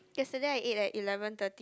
yesterday I ate at eleven thirty